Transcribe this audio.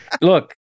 look